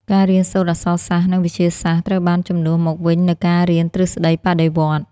ការរៀនសូត្រអក្សរសាស្ត្រ និងវិទ្យាសាស្ត្រត្រូវបានជំនួសមកវិញនូវការរៀនទ្រឹស្ដីបដិវត្តន៍។